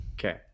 Okay